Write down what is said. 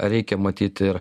reikia matyt ir